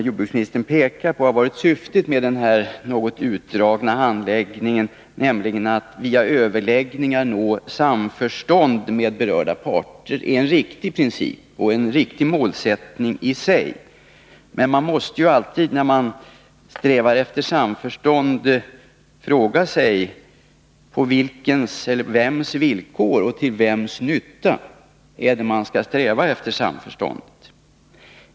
Jordbruksministern pekar på att syftet med den här något utdragna handläggningen har varit att via överläggningar nå samförstånd med berörda parter. Detta är i sig en riktig princip och en riktig målsättning, men man måste ju alltid, när man strävar efter samförstånd, fråga på vems villkor och till vems nytta man gör detta.